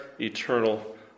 eternal